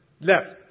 left